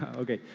okay.